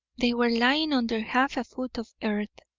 they were lying under half a foot of earth,